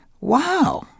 Wow